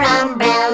umbrella